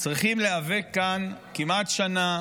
צריכים להיאבק כאן כמעט שנה